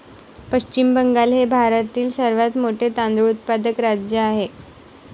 पश्चिम बंगाल हे भारतातील सर्वात मोठे तांदूळ उत्पादक राज्य आहे